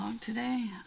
today